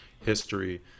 history